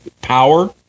power